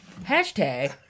hashtag